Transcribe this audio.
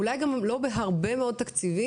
אולי גם אם לא בהרבה מאוד תקציבים,